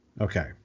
Okay